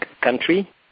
country